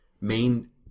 main